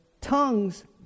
tongues